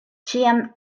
ĉiam